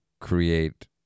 create